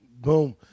Boom